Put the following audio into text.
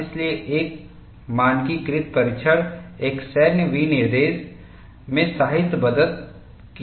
इसलिए एक मानकीकृत परीक्षण एक सैन्य विनिर्देश में संहिताबद्ध किया गया था